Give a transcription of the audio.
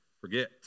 forget